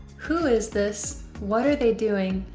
who is this, what are they doing,